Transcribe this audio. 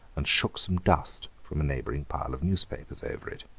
and shook some dust from a neighbouring pile of newspapers over it.